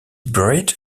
buried